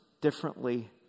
differently